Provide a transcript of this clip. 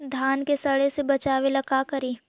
धान के सड़े से बचाबे ला का करि?